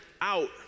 out